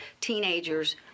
teenagers